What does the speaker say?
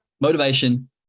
motivation